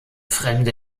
fremde